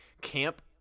camp